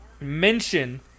mention